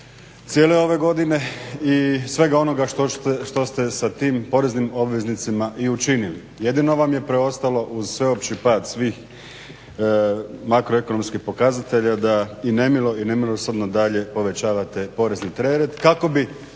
cijele ove godine i svega onoga što ste sa tim poreznim obveznicima i učinili. Jedino vam je preostalo uz sveopći pad svih makroekonomskih pokazatelja da i nemilosrdno i dalje povećavate porezni teret kako bi